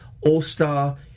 all-star